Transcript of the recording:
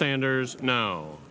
sanders no